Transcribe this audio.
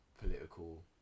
political